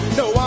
no